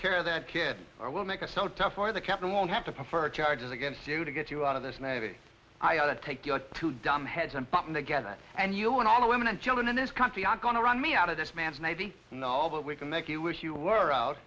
care that kid or we'll make it so tough for the captain won't have to prefer charges against you to get you out of this maybe i ought to take us to dum heads i'm putting together and you and all the women and children in this country are going to run me out of this man's navy and all but we can make you wish you were out